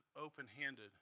open-handed